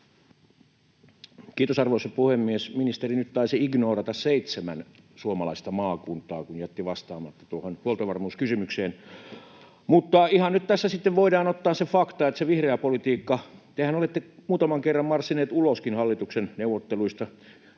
Kiitos, arvoisa puhemies! Ministeri nyt taisi ignoorata seitsemän suomalaista maakuntaa, kun jätti vastaamatta tuohon huoltovarmuuskysymykseen. Mutta ihan nyt tässä voidaan ottaa se fakta, se vihreä politiikka, että tehän olette muutaman kerran marssineet uloskin hallituksen neuvotteluista